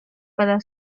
para